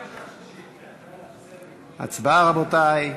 הצבעה, רבותי.